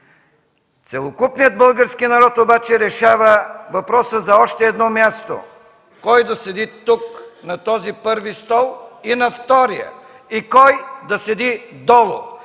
Целокупният български народ обаче решава въпроса за още едно място – кой да седи тук, на този първи стол и на втория (показва местата,